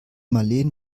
marleen